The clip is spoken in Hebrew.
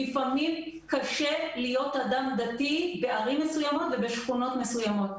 לפעמים קשה להיות אדם דתי בערים מסוימות ובשכונות מסוימות.